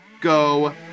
go